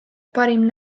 parim